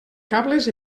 cables